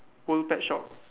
world pet shop